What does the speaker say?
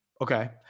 Okay